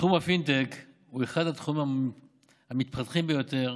תחום הפינטק הוא אחד התחומים המתפתחים ביותר